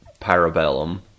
parabellum